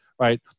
right